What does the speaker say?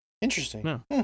Interesting